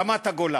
רמת-הגולן: